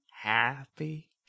happy